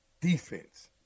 defense